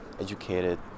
educated